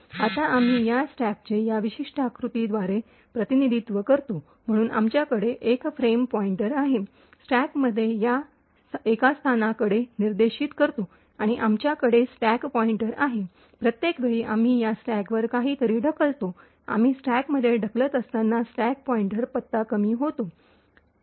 आता आम्ही या स्टॅकचे या विशिष्ट आकृतीद्वारे प्रतिनिधित्व करतो म्हणून आमच्याकडे एक फ्रेम पॉईंटर आहे स्टॅकमधील एका स्थानाकडे निर्देशित करतो आणि आमच्याकडे स्टॅक पॉईंटर आहे प्रत्येक वेळी आम्ही या स्टॅकवर काहीतरी ढकलतो आम्ही स्टॅकमध्ये ढकलत असताना स्टॅक पॉईंटर पत्ता कमी होतो